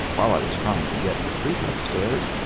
while i was trying to get to sleep upstairs,